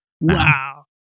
Wow